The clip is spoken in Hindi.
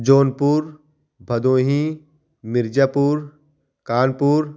जौनपुर भदोही मिर्ज़ापुर कानपुर